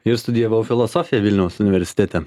ir studijavau filosofiją vilniaus universitete